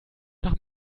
nach